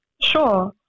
sure